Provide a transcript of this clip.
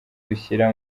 dushyira